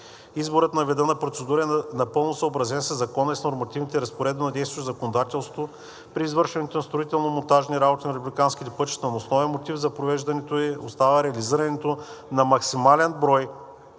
Изборът на вида на процедура е напълно съобразен със Закона и с нормативните разпоредби на действащото законодателство при извършването на строително-монтажни работи на републиканските пътища, но основен мотив за провеждането ѝ остава реализирането на максимален брой